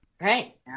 Right